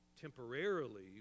temporarily